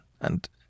and